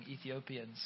Ethiopians